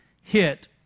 hit